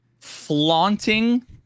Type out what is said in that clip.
flaunting